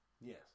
Yes